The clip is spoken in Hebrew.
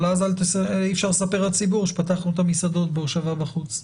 אז אי אפשר לספר לציבור שפתחנו מסעדות בהושבה בחוץ.